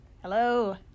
Hello